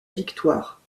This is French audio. victoire